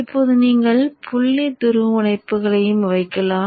இப்போது நீங்கள் புள்ளி துருவமுனைப்புகளையும் வைக்கலாம்